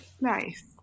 Nice